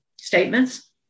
statements